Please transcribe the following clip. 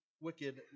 wicked